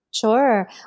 Sure